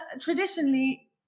traditionally